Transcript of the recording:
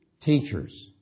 Teachers